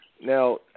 Now